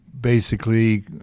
basically-